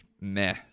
meh